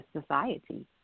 society